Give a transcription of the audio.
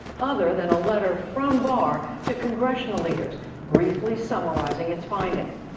other than a letter from barr to congressional leaders briefly summarizing its findings.